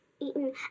eaten